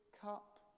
cup